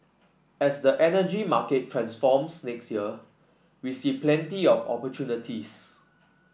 as the energy market transforms next year we see plenty of opportunities